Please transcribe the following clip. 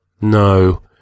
No